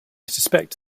suspect